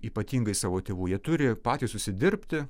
ypatingai savo tėvų jie turi patys užsidirbti